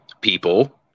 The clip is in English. people